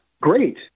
Great